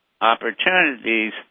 opportunities